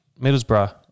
Middlesbrough